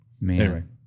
Man